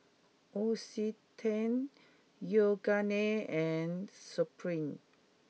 L'Occitane Yoogane and Supreme